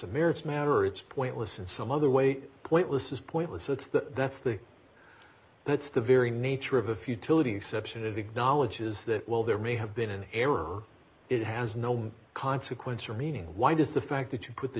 a marriage matter it's pointless in some other way pointless is pointless it's the that's the that's the very nature of a futility exception of acknowledges that while there may have been an error it has no more consequence or meaning why does the fact that you put the